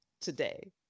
today